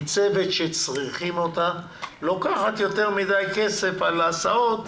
ניצב כשצריך אותו, ולוקח יותר מדי כסף על ההסעות,